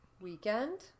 Weekend